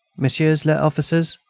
messieurs les officiers,